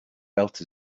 felt